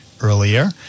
earlier